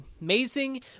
amazing